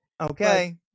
Okay